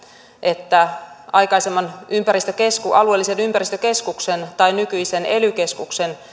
että aikaisemman alueellisen ympäristökeskuksen tai nykyisen ely keskuksen